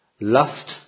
Lust